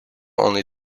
only